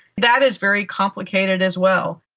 that is very complicated as well.